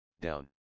down